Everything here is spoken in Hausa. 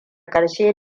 ƙarshe